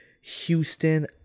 Houston